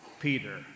Peter